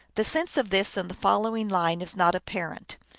the sense of this and the following line is not apparent.